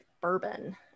Bourbon